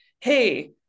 hey